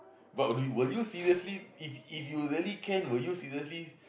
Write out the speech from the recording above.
but w~ will you seriously if if you really can will you seriously